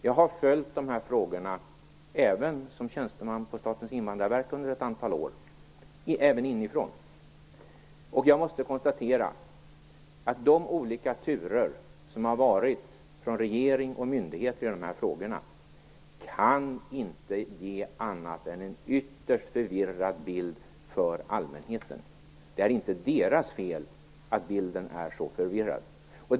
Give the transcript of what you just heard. Jag har följt dessa frågor även inifrån, som tjänsteman på Statens invandrarverk, under ett antal år. Jag måste konstatera att de olika turer som har varit från regering och myndigheter i dessa frågor inte kan ge annat än en ytterst förvirrad bild för allmänheten. Det är inte allmänhetens fel att bilden är så förvirrad.